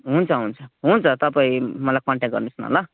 हुन्छ हुन्छ हुन्छ तपाईँ मलाई कन्ट्याक गर्नुहोस् न ल